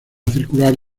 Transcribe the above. circular